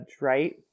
right